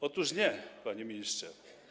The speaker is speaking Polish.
Otóż nie, panie ministrze.